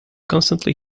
constantly